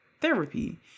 Therapy